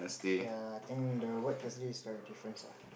ya think the word Thursday is the difference ah